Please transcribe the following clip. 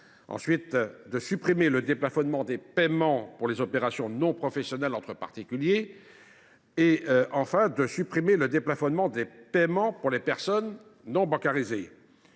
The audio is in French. ensuite à supprimer le déplafonnement des paiements pour les opérations non professionnelles entre particuliers. Il vise enfin à supprimer le déplafonnement des paiements pour les personnes non bancarisées.